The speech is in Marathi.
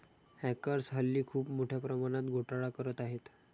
हॅकर्स हल्ली खूप मोठ्या प्रमाणात घोटाळा करत आहेत